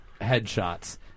headshots